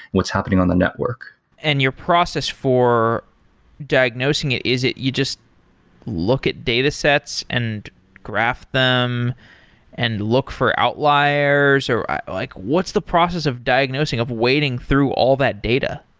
what's happening on the network and your process for diagnosing it, is it you just look at data sets and graph them and look for outliers, or like what's the process of diagnosing of waiting through all that data?